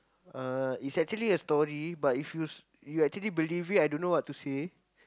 uh it's actually a story but if you you actually believe it I don't know what to say